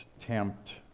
tempt